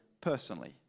personally